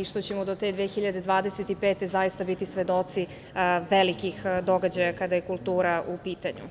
i što ćemo do te 2025. godine zaista biti svedoci velikih događaja kada je kultura u pitanju.